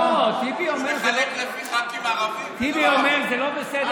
לא, טיבי אומר שזה לא,